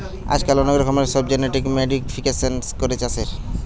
আজকাল অনেক রকমের সব জেনেটিক মোডিফিকেশান করে চাষের